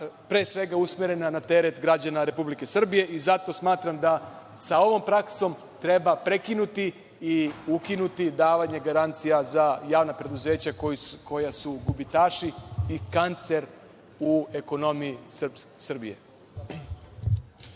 pre svega usmerena na teret građana Republike Srbije. zato smatram da sa ovom praksom treba prekinuti i ukinuti davanje garancija za javna preduzeća koja su gubitaši i kancer u ekonomiji Srbije.